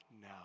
now